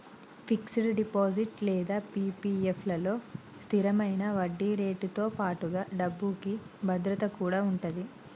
fixed deposit లేదా PPF లలో స్థిరమైన వడ్డీరేటుతో పాటుగా డబ్బుకి భద్రత కూడా ఉంటది